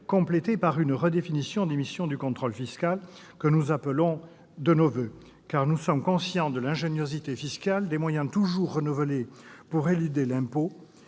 complétée par une redéfinition des missions du contrôle fiscal que nous appelons de nos voeux. Car nous sommes conscients de l'ingéniosité fiscale et des moyens toujours renouvelés pour éluder l'impôt,